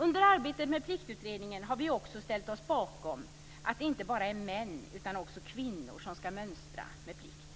Under arbetet med Pliktutredningen har vi också ställt oss bakom förslaget att det inte bara är män utan också kvinnor som ska mönstra med plikt.